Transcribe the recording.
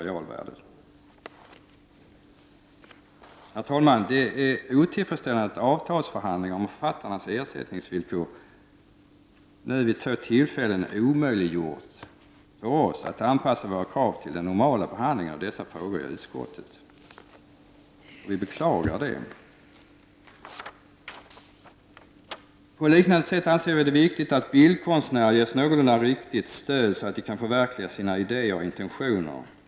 Herr talman! Det är otillfredsställande att avtalsförhandlingarna'om författarnas ersättningsvillkor vid två tillfällen omöjliggjort för oss att anpassa våra krav till den normala behandlingen av dessa frågor i utskottet. Vi beklagar det. Vi anser även att det är viktigt att bildkonstnärerna ges ett någorlunda bra stöd, så att de kan förverkliga sina idéer och intentioner.